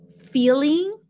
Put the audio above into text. feeling